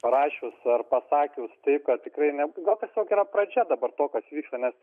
parašius ar pasakius taip kad tikrai ne gal tiesiog yra pradžia dabar to kas vyksta nes